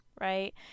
Right